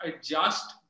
adjust